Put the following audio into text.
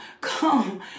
come